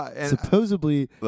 Supposedly